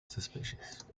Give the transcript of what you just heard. suspicious